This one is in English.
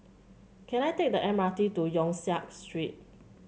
can I take the M R T to Yong Siak Street